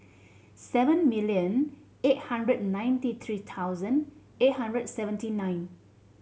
seven million eight hundred ninety three thousand eight hundred seventy nine